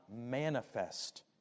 manifest